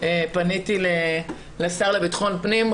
פניתי לשר לביטחון הפנים.